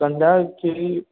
कंदा कहिड़ी